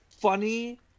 funny